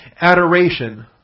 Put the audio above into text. adoration